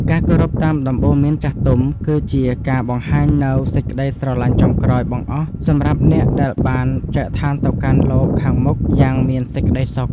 ការគោរពតាមដំបូន្មានចាស់ទុំ គឺជាការបង្ហាញនូវសេចក្តីស្រឡាញ់ចុងក្រោយបង្អស់សម្រាប់អ្នកដែលបានចែកឋានទៅកាន់លោកខាងមុខយ៉ាងមានសេចក្តីសុខ។